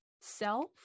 self